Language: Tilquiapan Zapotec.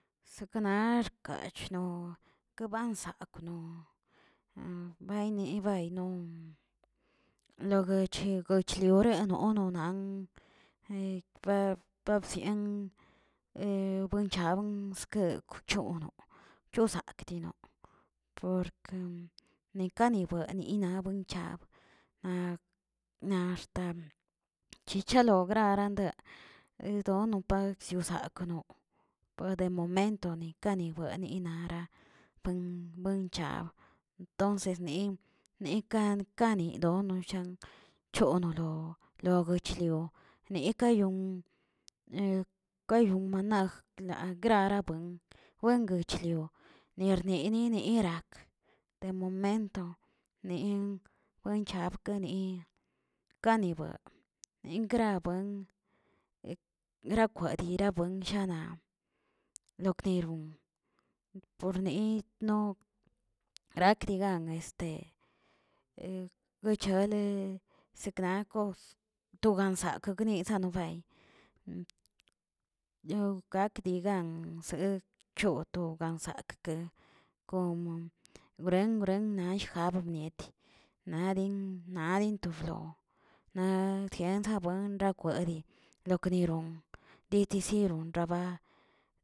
Sekna arkachno keban sakꞌno, bayni bayno, loguechi gochleureꞌe ononan ba basien buen chabns dekwchono chozakꞌdino, por ke nikani buedeni na buin chab, na- na axta chichalo graran' diono pag siziaknoꞌ, pade momentoni kanibueni nara buen buen chab entonces ni neꞌ ka kanidonoshan, chonolo lo guechlio neꞌ kayon kayon manaj klarabuen, buen guechlio nernieri nerak demomentone wenchabkane, kane bueg engrabuen grapue dinagra shana, lokderon porne no rakdigan este guchale sekna kos to gansak gni' sanobay, yog' gak digan se choto gan sakkə, komo bruen bruen yijab miet, na din nadin to rflo naꞌ diegsa buen rakwedi lok niron dechesieron raba.